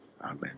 Amen